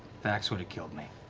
vax would've killed me.